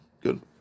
Good